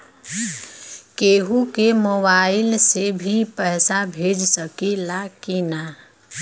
केहू के मोवाईल से भी पैसा भेज सकीला की ना?